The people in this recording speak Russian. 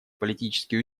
политические